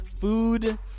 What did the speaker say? food